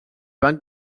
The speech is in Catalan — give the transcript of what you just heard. van